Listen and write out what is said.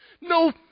No